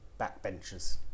backbenchers